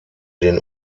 den